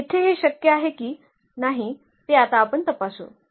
येथे हे शक्य आहे की नाही ते आता आपण तपासू